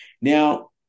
now